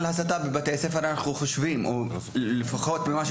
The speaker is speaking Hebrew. לפחות ממה שמתפרסם זה מקרים מאוד בודדים.